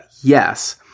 yes